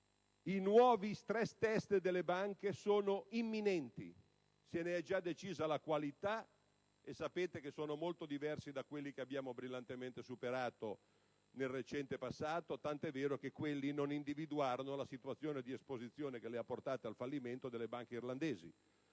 I nuovi *stress test* delle banche sono imminenti. Se ne è già decisa la qualità, e sapete che sono molto diversi da quelli che abbiamo brillantemente superato nel recente passato, tant'è vero che quelli non individuarono la situazione di esposizione, che le ha portate al fallimento, delle banche irlandesi.